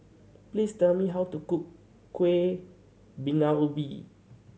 please tell me how to cook Kueh Bingka Ubi